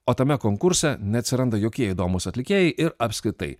o tame konkurse neatsiranda jokie įdomūs atlikėjai ir apskritai